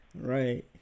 Right